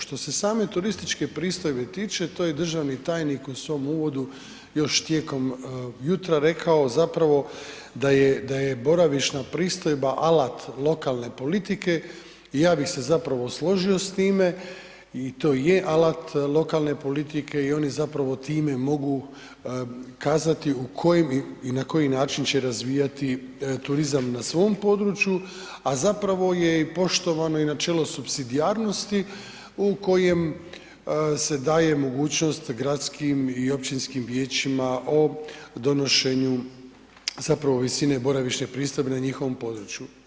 Što se same turističke pristojbe tiče, to je državni tajnik u svom uvodu još tijekom jutra rekao zapravo da je boravišna pristojba alat lokalne politike i ja bi se zapravo složio s time i to je alat lokalne politike i oni zapravo time mogu kazati u kojim i na koji način će razvijati turizam na svom području, a zapravo je i poštovano načelo supsidijarnosti u kojem se daje mogućnost gradskim i općinskim vijećima o donošenju zapravo visine boravišne pristojbe na njihovom području.